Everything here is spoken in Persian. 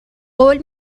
قول